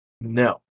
No